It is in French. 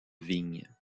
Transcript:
vignes